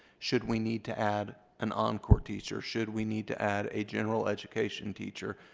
should we need to add an encore teacher, should we need to add a general education teacher,